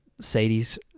Sadie's